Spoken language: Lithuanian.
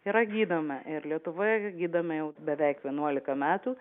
yra gydoma ir lietuvoje gydome jau beveik vienuolika metų